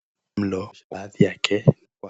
Mlo baadhi yake wa....